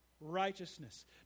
righteousness